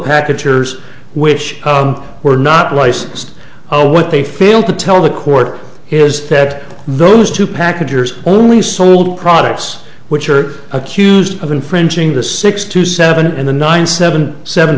packagers which were not licensed oh what they failed to tell the court is that those two packagers only sold products which are accused of infringing the six to seven and the nine seven seven